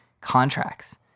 contracts